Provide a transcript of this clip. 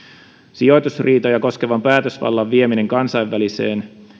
sijoitusriitoja koskevan päätösvallan vieminen kansainväliseen